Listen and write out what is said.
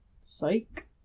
psych